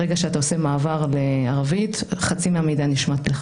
ברגע שאתה עובר לשפה הערבית חצי מהמידע נשמט.